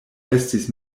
estis